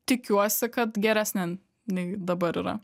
tikiuosi kad geresnė nei dabar yra